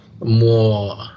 more